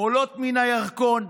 עולות מן הירקון.